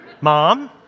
Mom